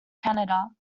canada